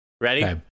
Ready